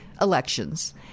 elections